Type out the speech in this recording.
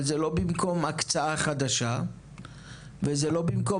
אבל זה לא במקום הקצאה חדשה וזה לא במקום